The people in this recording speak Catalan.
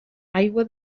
aigua